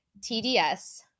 TDS